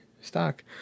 stock